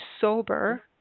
sober